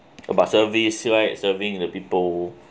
about service right serving the people